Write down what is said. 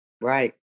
right